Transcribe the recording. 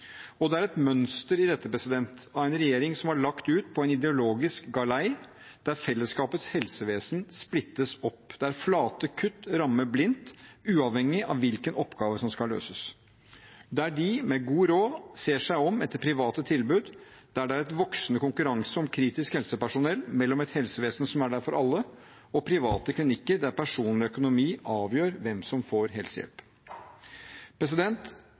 somler. Det er et mønster i dette, av en regjering som har lagt ut på en ideologisk galei der fellesskapets helsevesen splittes opp, der flate kutt rammer blindt uavhengig av hvilken oppgave som skal løses, der de med god råd ser seg om etter private tilbud, og der det er voksende konkurranse om kritisk helsepersonell mellom et helsevesen som er der for alle, og private klinikker, der personlig økonomi avgjør hvem som får helsehjelp.